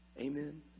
Amen